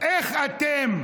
איך אתם,